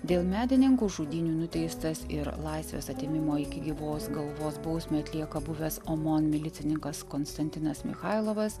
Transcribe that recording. dėl medininkų žudynių nuteistas ir laisvės atėmimo iki gyvos galvos bausmę atlieka buvęs omon milicininkas konstantinas michailovas